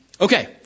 okay